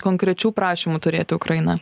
konkrečių prašymų turėti ukraina